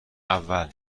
اول